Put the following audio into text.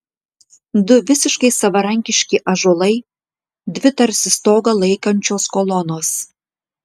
du visiškai savarankiški ąžuolai dvi tarsi stogą laikančios kolonos